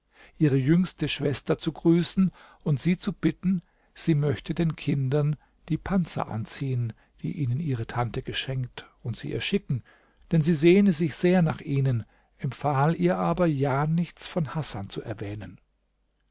ihre jüngste schwester zu grüßen und sie zu bitten sie möchte den kindern die panzer anziehen die ihnen ihre tante geschenkt und sie ihr schicken denn sie sehne sich sehr nach ihnen empfahl ihr aber ja nichts von hasan zu erwähnen